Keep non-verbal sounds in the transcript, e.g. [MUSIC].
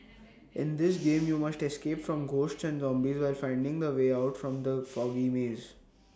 in this [NOISE] game you must escape from ghosts and zombies while finding the way out from the foggy maze